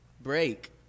Break